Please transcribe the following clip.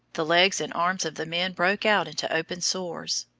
the legs and arms of the men broke out into open sores,